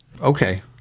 Okay